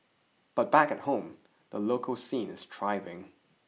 but back an home the local scene is thriving